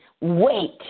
Wait